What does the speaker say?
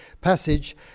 passage